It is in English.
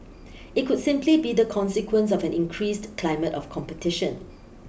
it could simply be the consequence of an increased climate of competition